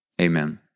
Amen